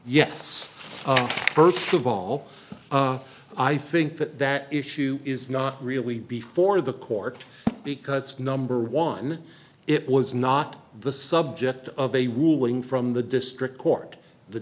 yes first of all i think that that issue is not really before the court because number one it was not the subject of a ruling from the district court the